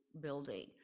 building